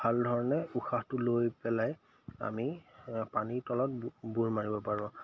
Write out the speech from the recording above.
ভাল ধৰণে উশাহটো লৈ পেলাই আমি পানীৰ তলত বু বুৰ মাৰিব পাৰোঁ